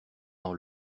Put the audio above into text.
dans